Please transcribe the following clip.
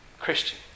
Christian